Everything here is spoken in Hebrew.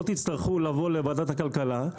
לא תצטרכו לבוא לוועדת הכלכלה,